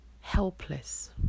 Helpless